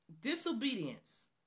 disobedience